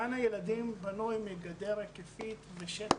גן הילדים בנוי מגדר היקפית בשטח,